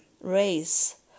race